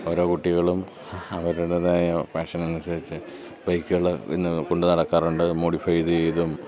ഓരോ കുട്ടികളും അവരുടേതായ പാഷൻ അനുസരിച്ചു ബൈക്കുകൾ ഇന്ന് കൊണ്ടു നടക്കാറുണ്ട് മോഡിഫൈ ചെയ്തും